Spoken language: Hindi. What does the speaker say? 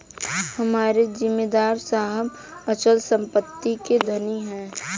हमारे जमींदार साहब अचल संपत्ति के धनी हैं